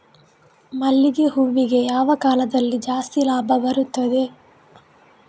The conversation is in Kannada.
ಮಲ್ಲಿಗೆ ಹೂವಿಗೆ ಯಾವ ಕಾಲದಲ್ಲಿ ಜಾಸ್ತಿ ಲಾಭ ಬರುತ್ತದೆ?